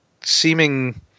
seeming